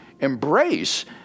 embrace